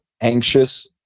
anxious